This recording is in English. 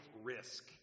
risk